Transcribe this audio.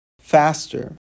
faster